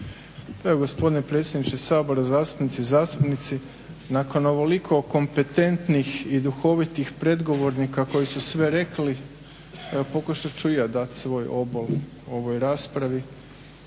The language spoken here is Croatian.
Evo gospodine predsjedniče Sabora, zastupnice i zastupnici. Nakon ovoliko kompetentnih i duhovitih predgovornika koji su sve rekli evo pokušat ću i ja dat svoj obol ovoj raspravi.